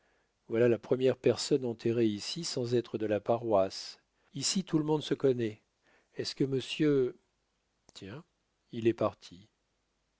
voilà la première personne enterrée ici sans être de la paroisse ici tout le monde se connaît est-ce que monsieur tiens il est parti